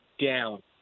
down